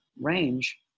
range